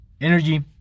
energy